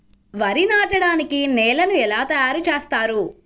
వరి నాటడానికి నేలను ఎలా తయారు చేస్తారు?